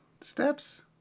steps